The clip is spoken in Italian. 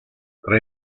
tra